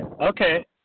Okay